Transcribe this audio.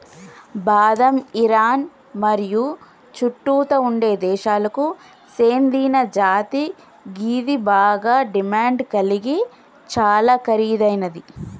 బాదం ఇరాన్ మరియు చుట్టుతా ఉండే దేశాలకు సేందిన జాతి గిది బాగ డిమాండ్ గలిగి చాలా ఖరీదైనది